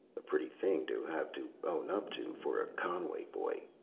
a pretty thing to have to own up to for a conway boy,